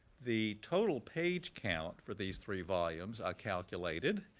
the total page count for these three volumes, i calculated,